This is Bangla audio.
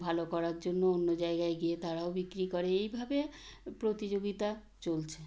ভালো করার জন্য অন্য জায়গায় গিয়ে তারাও বিক্রি করে এইভাবে প্রতিযোগিতা চলছে